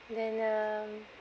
then um